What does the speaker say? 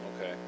Okay